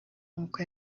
nkuko